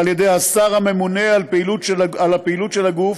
על-ידי השר הממונה על הפעילות של הגוף,